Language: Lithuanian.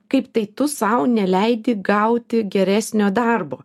kaip tai tu sau neleidi gauti geresnio darbo